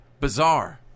Bizarre